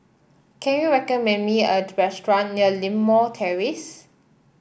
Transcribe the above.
can you recommend me restaurant near Limau Terrace